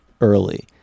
early